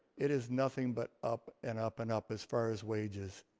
it is nothing but up and up and up, as far as wages.